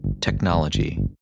technology